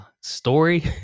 story